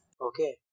Okay